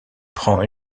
prend